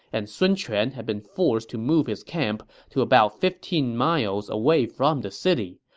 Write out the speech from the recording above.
and sun quan had been forced to move his camp to about fifteen miles away from the city.